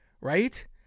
right